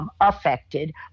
affected